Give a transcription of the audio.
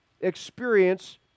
experience